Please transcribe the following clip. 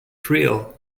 thrill